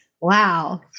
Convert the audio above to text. wow